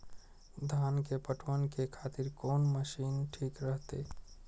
धान के पटवन के खातिर कोन मशीन ठीक रहते?